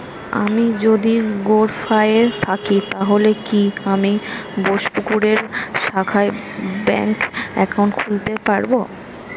আমি যদি গরফায়ে থাকি তাহলে কি আমি বোসপুকুরের শাখায় ব্যঙ্ক একাউন্ট খুলতে পারবো?